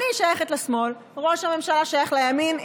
אני שייכת לשמאל, ראש הממשלה שייך לימין.